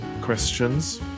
questions